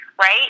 right